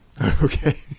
okay